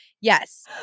yes